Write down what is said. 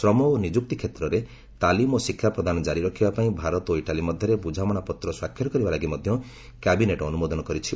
ଶ୍ରମ ଓ ନିଯୁକ୍ତି କ୍ଷେତ୍ରରେ ତାଲିମ୍ ଓ ଶିକ୍ଷା ପ୍ରଦାନ କାରି ରଖିବାପାଇଁ ଭାରତ ଓ ଇଟାଲୀ ମଧ୍ୟରେ ବୁଝାମଣା ପତ୍ର ସ୍ୱାକ୍ଷର କରିବାଲାଗି ମଧ୍ୟ କ୍ୟାବିନେଟ୍ ଅନୁମୋଦନ କରିଛି